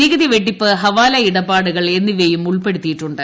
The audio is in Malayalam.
നികുതി വെട്ടിപ്പ് ഹീവാല ഇടപാടുകൾ എന്നിവയും ഉൾപ്പെടുത്തിയ്യിട്ടൂണ്ട്